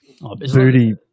Booty